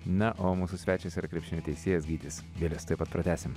na o mūsų svečias yra krepšinio teisėjas gytis vilius tuoj pat pratęsim